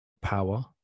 power